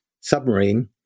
submarine